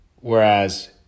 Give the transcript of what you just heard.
Whereas